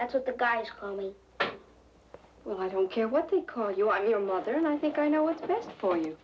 that's what the guys only well i don't care what they call you on your mother and i think i know what's best for you